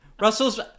Russell's